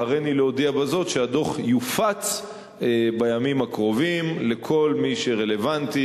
והריני להודיע בזאת שהדוח יופץ בימים הקרובים לכל מי שרלוונטי,